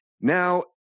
now